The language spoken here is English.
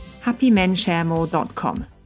happymensharemore.com